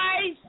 guys